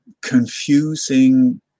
confusing